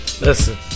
Listen